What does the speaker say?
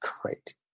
great